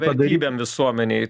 vertybėm visuomenėj